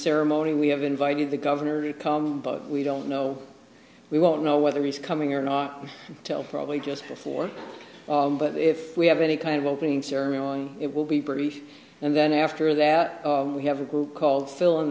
ceremony we have invited the governor to come but we don't know we won't know whether he's coming or not tell probably just before but if we have any kind of opening ceremony on it will be brief and then after that we have a group called fill in